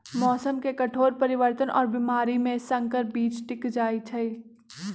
मौसम के कठोर परिवर्तन और बीमारी में संकर बीज टिक जाई छई